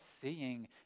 seeing